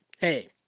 hey